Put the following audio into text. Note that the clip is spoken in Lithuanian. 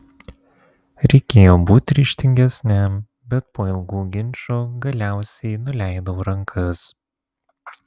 reikėjo būti ryžtingesniam bet po ilgų ginčų galiausiai nuleidau rankas